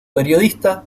periodista